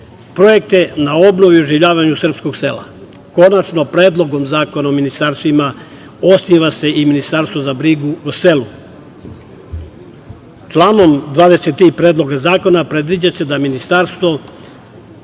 projekte na obnovi i oživljavanju srpskog sela. Konačno, Predlogom zakona o ministarstvima osniva se i ministarstvo za brigu o selu. Članom 23. predlogom zakona predviđa se da ministarstvo